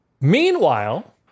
Meanwhile